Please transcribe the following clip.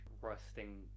rusting